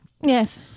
Yes